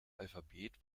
alphabet